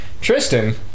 Tristan